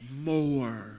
more